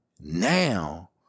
Now